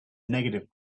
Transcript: negative